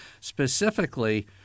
Specifically